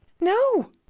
No